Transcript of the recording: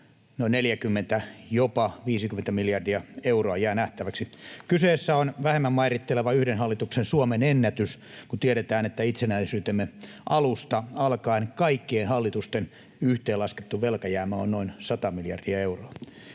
noin 40, jopa 50 miljardia euroa — jää nähtäväksi. Kyseessä on vähemmän mairitteleva yhden hallituksen Suomen ennätys, kun tiedetään, että itsenäisyytemme alusta alkaen kaikkien hallitusten yhteenlaskettu velkajäämä on noin 100 miljardia euroa.